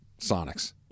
sonics